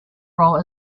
role